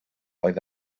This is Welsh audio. oedd